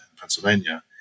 Pennsylvania